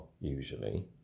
usually